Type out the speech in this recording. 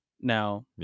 Now